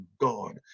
God